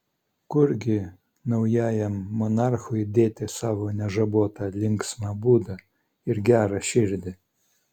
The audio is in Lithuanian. kurgi naujajam monarchui dėti savo nežabotą linksmą būdą ir gerą širdį